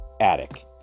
attic